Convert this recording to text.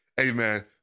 amen